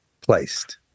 placed